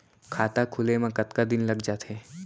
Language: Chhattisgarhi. खाता खुले में कतका दिन लग जथे?